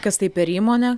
kas tai per įmonė